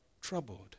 troubled